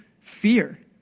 fear